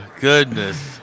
goodness